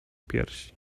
piersi